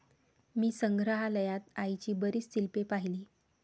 मी संग्रहालयात आईची बरीच शिल्पे पाहिली